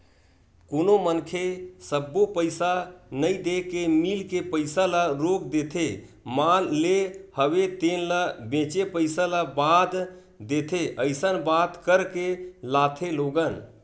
कोनो मनखे सब्बो पइसा नइ देय के मील के पइसा ल रोक देथे माल लेय हवे तेन ल बेंचे पइसा ल बाद देथे अइसन बात करके लाथे लोगन